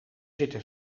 zitten